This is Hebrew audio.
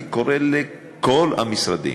אני קורא לכל המשרדים,